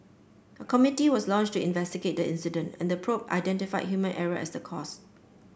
a committee was launched to investigate the incident and the probe identified human error as the cause